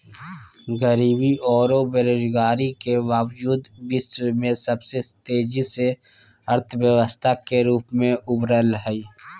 गरीबी औरो बेरोजगारी के बावजूद विश्व में सबसे तेजी से अर्थव्यवस्था के रूप में उभरलय